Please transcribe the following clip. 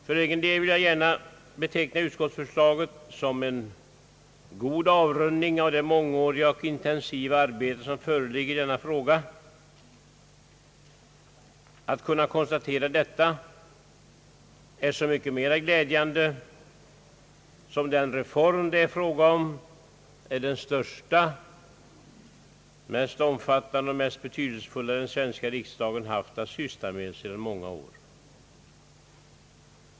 För egen del vill jag beteckna utskottsförslaget som en god avrundning av det mångåriga och intensiva arbete som föreligger i denna fråga. Att kunna konstatera detta är så mycket mera glädjande som den reform det är fråga om är den största, mest omfattande och mest betydelsefulla den svenska riksdagen haft att syssla med sedan många år.